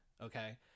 okay